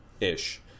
ish